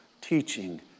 teaching